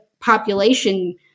population